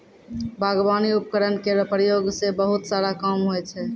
बागबानी उपकरण केरो प्रयोग सें बहुत सारा काम होय छै